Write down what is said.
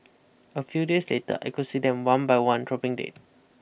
a few days later I could see them one by one dropping dead